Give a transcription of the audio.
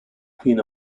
queen